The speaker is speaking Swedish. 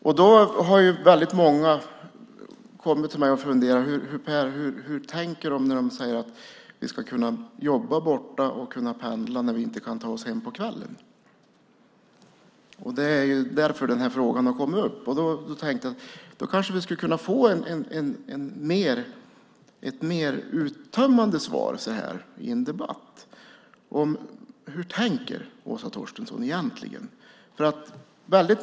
Många har kommit till mig och frågat: Hur tänker de när de säger att vi ska jobba borta och pendla när vi inte kan ta oss hem på kvällen? Det är därför den här frågan har kommit upp. Jag tänkte att vi skulle kunna få ett mer uttömmande svar i en sådan här debatt. Hur tänker Åsa Torstensson egentligen?